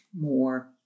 more